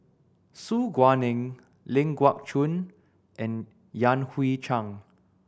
Su Guaning Ling Geok Choon and Yan Hui Chang